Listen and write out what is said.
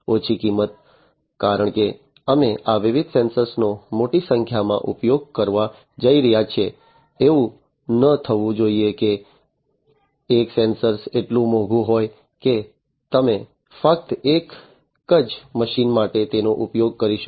ઓછી કિંમત કારણ કે અમે આ વિવિધ સેન્સર નો મોટી સંખ્યામાં ઉપયોગ કરવા જઈ રહ્યા છીએ એવું ન થવું જોઈએ કે એક સેન્સર એટલું મોંઘું હોય કે તમે ફક્ત એક જ મશીન માટે તેનો ઉપયોગ કરી શકો